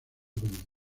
domingo